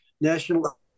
national